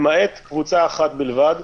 למעט קבוצה אחת בלבד.